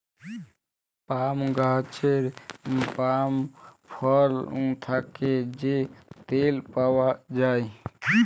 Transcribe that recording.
পাম গাহাচের পাম ফল থ্যাকে যে তেল পাউয়া যায়